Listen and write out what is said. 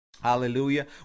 Hallelujah